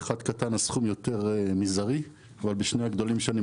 באחד הקטן הסכום יותר מזערי אבל בשני הגדולים.